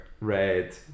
red